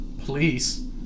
Please